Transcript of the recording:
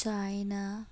China